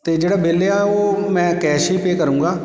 ਅਤੇ ਜਿਹੜਾ ਬਿੱਲ ਏ ਆ ਉਹ ਮੈਂ ਕੈਸ਼ ਹੀ ਪੇ ਕਰੂੰਗਾ